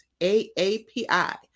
AAPI